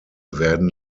werden